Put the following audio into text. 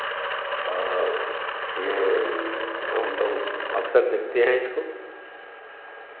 और ये हम लोग अक्सर देखते हैं इसको